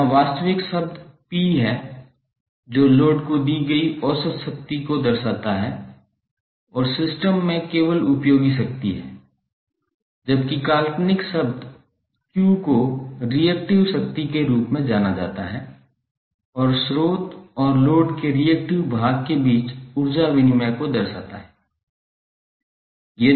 यहां वास्तविक शब्द P है जो लोड को दी गई औसत शक्ति को दर्शाता है और सिस्टम में केवल उपयोगी शक्ति है जबकि काल्पनिक शब्द Q को रिएक्टिव शक्ति के रूप में जाना जाता है और स्रोत और लोड के रिएक्टिव भाग के बीच ऊर्जा विनिमय को दर्शाता है